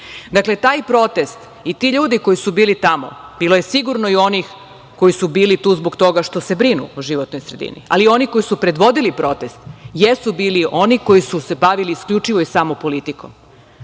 taj protest i ti ljudi koji su bili tamo, bilo je sigurno i onih koji su bili tu zbog toga što se brinu o životnoj sredini, ali oni koji su predvodili protest jesu bili oni koji su se bavili isključivo i samo politikom. Dakle,